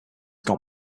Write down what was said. got